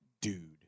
dude